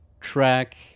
track